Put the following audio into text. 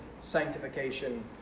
sanctification